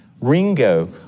Ringo